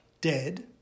dead